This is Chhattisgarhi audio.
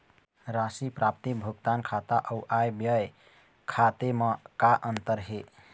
राशि प्राप्ति भुगतान खाता अऊ आय व्यय खाते म का अंतर हे?